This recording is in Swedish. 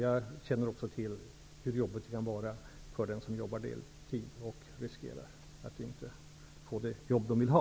Jag känner också till hur jobbigt det kan vara för dem som arbetar deltid och riskerar att inte få de jobb som de vill ha.